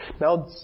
Now